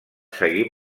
seguir